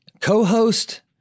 co-host